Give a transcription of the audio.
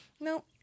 No